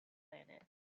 planet